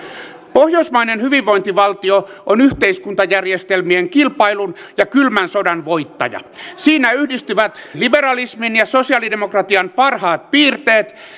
pohjoismainen hyvinvointivaltio on yhteiskuntajärjestelmien kilpailun ja kylmän sodan voittaja siinä yhdistyvät liberalismin ja sosialidemokratian parhaat piirteet